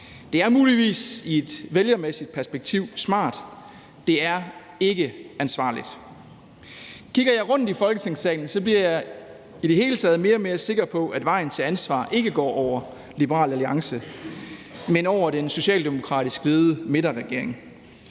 Det er muligvis i et vælgermæssigt perspektiv smart; det er ikke ansvarligt. Kigger jeg rundt i Folketingssalen, bliver jeg i det hele taget mere og mere sikker på, at vejen til ansvar ikke går over Liberal Alliance, men over den socialdemokratisk ledede midterregering.